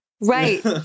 Right